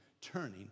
turning